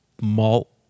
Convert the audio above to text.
malt